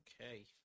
Okay